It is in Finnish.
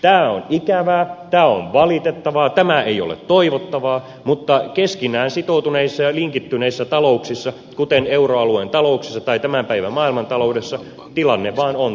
tämä on ikävää tämä on valitettavaa tämä ei ole toivottavaa mutta keskenään sitoutuneissa ja linkittyneissä talouksissa kuten euroalueen talouksissa tai tämän päivän maailmantaloudessa tilanne vaan on tämmöinen